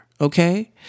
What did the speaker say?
Okay